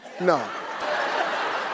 No